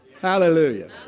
Hallelujah